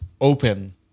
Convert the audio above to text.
open